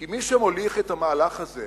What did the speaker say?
כי מי שמוליך את המהלך הזה